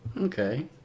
Okay